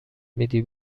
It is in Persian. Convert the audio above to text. میدی